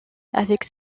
avec